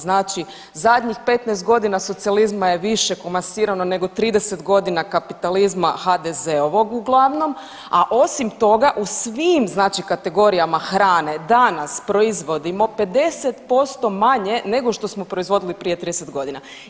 Znači zadnjih 15 godina socijalizma je više komasirano nego 30 godina kapitalizma HDZ-ovog uglavnom, a osim toga u svim, znači kategorijama hrane danas proizvodimo 50% manje nego što smo proizvodili prije 30 godina.